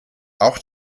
auch